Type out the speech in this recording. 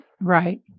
Right